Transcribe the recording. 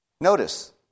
Notice